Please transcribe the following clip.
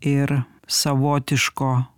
ir savotiško